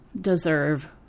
deserve